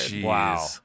Wow